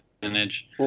percentage